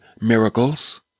miracles